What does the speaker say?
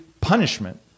punishment